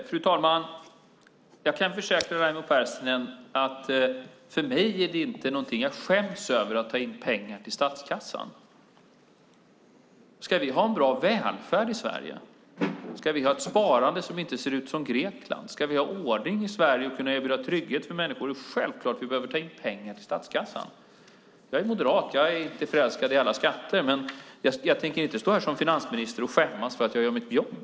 Fru talman! Jag kan försäkra Raimo Pärssinen om att det inte är något jag skäms över, att ta in pengar till statskassan. Ska vi ha en bra välfärd i Sverige, ett sparande som inte ser ut som Greklands, ordning i Sverige och möjlighet att erbjuda människor trygghet är det självklart att vi behöver ta in pengar till statskassan. Jag är moderat och inte förälskad i alla skatter, man jag tänker inte stå här som finansminister och skämmas för att jag gör mitt jobb.